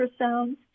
ultrasounds